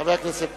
חבר הכנסת פלסנר,